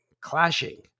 clashing